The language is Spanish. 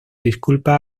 disculpas